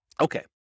Okay